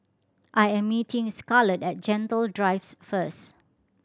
I am meeting Scarlett at Gentle Drive first